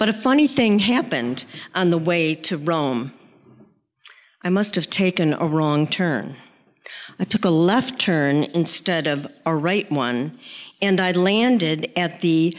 but a funny thing happened on the way to rome i must have taken a wrong turn i took a left turn instead of a right one and i'd landed at the